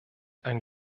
ein